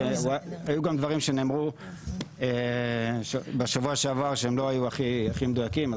כי היו גם דברים שנאמרו בשבוע שעבר שלא היו הכי מדויקים,